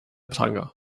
pranger